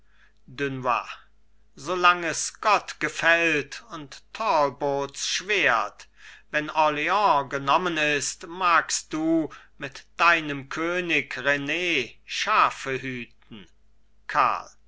dunois solang es gott gefällt und talbots schwert wenn orleans genommen ist magst du mit deinem könig ren schafe hüten karl